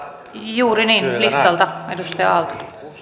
juuri niin listalta